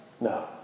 No